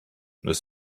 das